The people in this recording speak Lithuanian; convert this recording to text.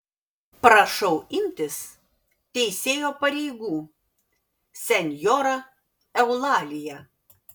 prašau imtis teisėjo pareigų senjora eulalija